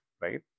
right